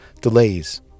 delays